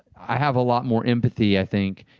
i have a lot more empathy, i think,